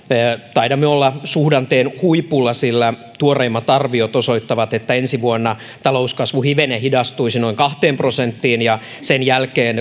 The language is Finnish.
taidamme olla suhdanteen huipulla sillä tuoreimmat arviot osoittavat että ensi vuonna talouskasvu hivenen hidastuisi noin kahteen prosenttiin ja sen jälkeen